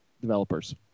developers